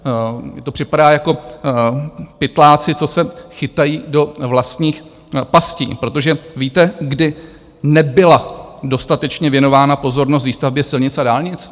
Mně to připadá jako pytláci, co se chytají do vlastních pastí, protože víte, kdy nebyla dostatečně věnována pozornost výstavbě silnic a dálnic?